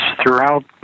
throughout